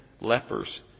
lepers